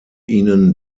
ihnen